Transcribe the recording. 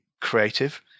creative